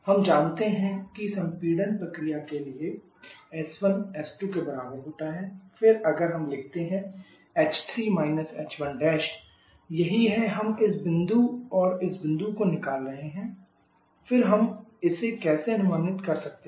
हम जानते हैं कि संपीड़न प्रक्रिया के लिए s1s2 फिर अगर हम लिखते हैं h3 h1 यही है हम इस बिंदु और इस बिंदु को निकाल रहे हैं फिर हम इसे कैसे अनुमानित कर सकते हैं